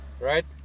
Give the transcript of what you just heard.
right